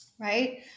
right